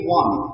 one